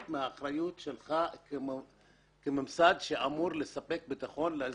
מהאחריות שלך כממסד שאמור לספק ביטחון לאזרחים.